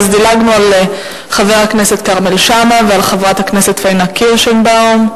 דילגנו על חברי הכנסת כרמל שאמה ופאינה קירשנבאום.